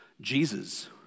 Jesus